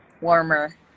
warmer